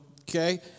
okay